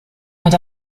and